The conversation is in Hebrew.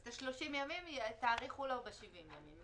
אז תאריכו לו את ה-30 ימים ל-70 ימים.